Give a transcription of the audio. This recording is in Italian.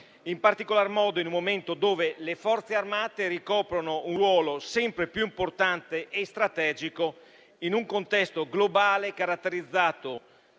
in particolar modo in un momento dove le Forze armate ricoprono un ruolo sempre più importante e strategico, in un contesto globale caratterizzato